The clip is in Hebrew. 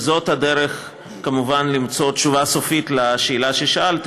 וזאת הדרך כמובן למצוא תשובה סופית על השאלה ששאלת,